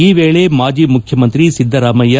ಈ ವೇಳೆ ಮಾಜಿ ಮುಖ್ಯಮಂತ್ರಿ ಸಿದ್ದರಾಮಯ್ಯ